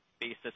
basis